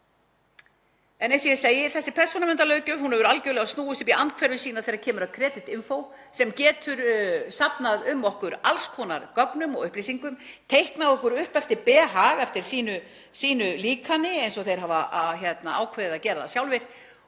bara kort. Þessi persónuverndarlöggjöf hefur algjörlega snúist upp í andhverfu sína þegar kemur að Creditinfo sem getur safnað um okkur alls konar gögnum og upplýsingum, teiknað okkur upp eftir behag eftir sínu líkani eins og þeir hafa ákveðið að gera það sjálfir